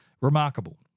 Remarkable